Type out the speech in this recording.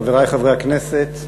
חברי חברי הכנסת,